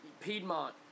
Piedmont